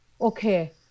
Okay